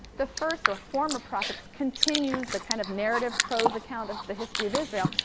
the first or former prophets continues the kind of narrative prose account of the history of israel,